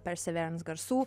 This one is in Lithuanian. perseverance garsų